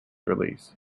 release